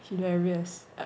hilarious